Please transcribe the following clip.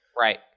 Right